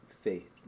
faith